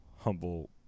humble